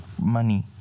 money